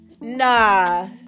Nah